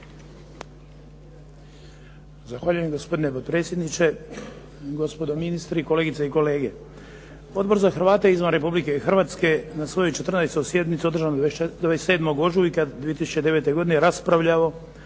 Zahvaljujem gospodine potpredsjedniče, gospodo ministri, kolegice i kolege. Odbor za Hrvate izvan Republike Hrvatske, na svojoj 14 sjednici održanoj 27. ožujka 2009. godine raspravljao